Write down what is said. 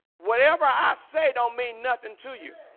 whatever i say don't mean nothing to you